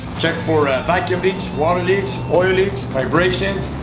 check for vacum leaks, water leaks, oil leaks, vibrations,